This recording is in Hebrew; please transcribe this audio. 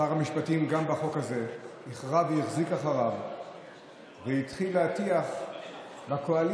שר המשפטים גם בחוק הזה החרה החזיק אחריו והתחיל להטיח באופוזיציה: